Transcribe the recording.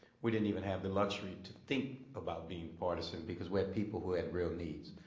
we didn't even have the luxury to think about being partisan because we had people who had real needs.